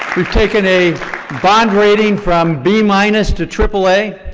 you've taken a bond rating from b minus to aaa,